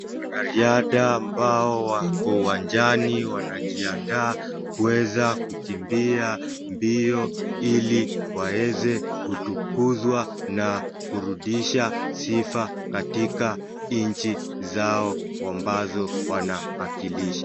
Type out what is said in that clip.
Wanariadha ambao wako uwanjani wanajiandaa kuweza kukimbia mbio ili waeze kutukuzwa na kurudisha sifa katika nchi zao ambazo wanaakilisha.